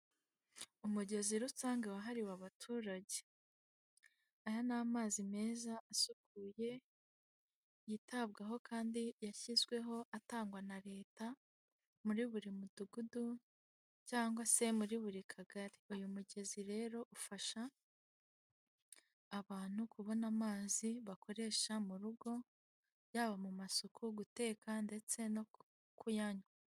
Umugezi rusanga wahariwe abaturage, aya ni amazi meza asukuye yitabwaho kandi yashyizweho atangwa na leta muri buri mudugudu cyangwa se muri buri kagari, uyu mugezi rero ufasha abantu kubona amazi bakoresha mu rugo yaba mu masoko guteka ndetse no kuyanywa.